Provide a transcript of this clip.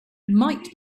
might